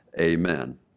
Amen